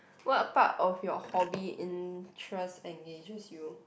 what part of your hobby interest engages you